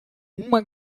uma